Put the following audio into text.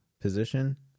position